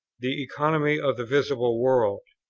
the economy of the visible world.